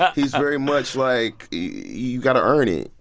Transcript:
ah he's very much like, you you got to earn it,